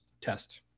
test